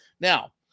Now